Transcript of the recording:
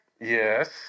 Yes